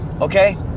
okay